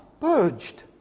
purged